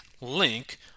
link